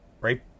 Right